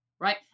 right